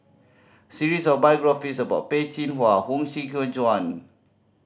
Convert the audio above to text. series of biographies about Peh Chin Hua Huang Shiqi Joan